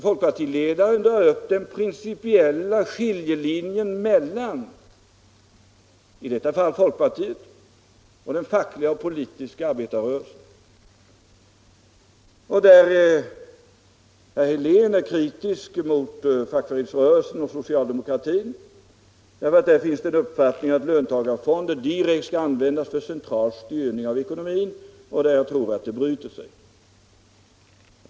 Folkpartiledaren drar där upp den principiella skiljelinjen mellan å ena sidan i detta fall folkpartiet och å andra sidan den fackliga och politiska arbetarrörelsen. Herr Helén är kritisk mot arbetarrörelsen och socialdemokratin, eftersom man där har uppfattningen att ”löntagarfonder direkt skall användas för central styrning av ekonomin, och där tror jag att det bryter sig”.